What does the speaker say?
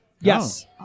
Yes